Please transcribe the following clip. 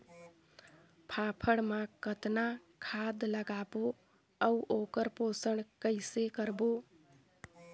फाफण मा कतना खाद लगाबो अउ ओकर पोषण कइसे करबो?